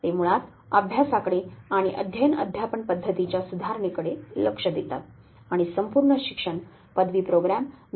ते मुळात अभ्यासाकडे आणि अध्ययन अध्यापन पद्धतींच्या सुधारणेकडे लक्ष देतात आणि संपूर्ण शिक्षण पदवी प्रोग्राम बी